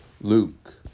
Luke